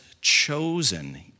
chosen